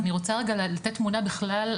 אני רוצה רגע לתת תמונה בכלל,